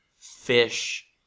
fish